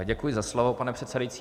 Děkuji za slovo, pane předsedající.